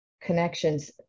connections